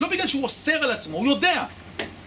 לא בגלל שהוא אוסר על עצמו, הוא יודע!